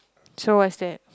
so what's that